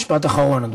משפט אחרון.